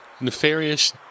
nefarious